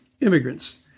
immigrants